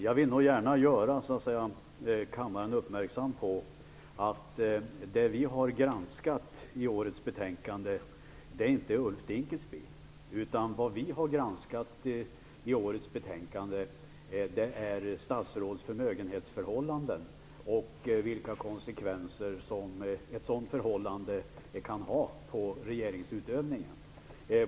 Jag vill nog gärna göra kammaren uppmärksam på att det vi har granskat i årets betänkande inte är Ulf Dinkelspiel, utan vad vi har granskat i årets betänkande är statsråds förmögenhetsförhållanden och vilka konsekvenser detta kan ha på regeringsutövningen.